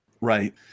Right